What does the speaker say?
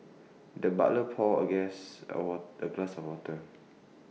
the butler poured A guest A what the glass of water